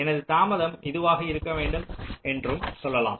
எனது தாமதம் இதுவாக இருக்க வேண்டும் என்றும் சொல்லலாம்